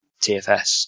TFS